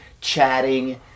chatting